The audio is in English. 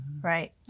right